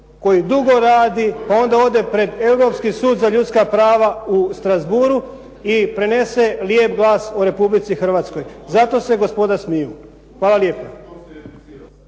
koji dugo radi, onda ode pred Europski sud za ljudska prava u Strassbourgu i prenese lijep glas o Republici Hrvatskoj. Zato se gospoda smiju. Hvala lijepa.